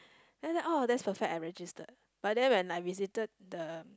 then oh that's perfect I registered but then when I visited the